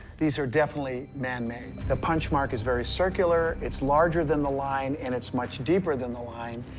these are definitely man-made. the punch mark is very circular, it's larger than the line, and it's much deeper than the line.